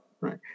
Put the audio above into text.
right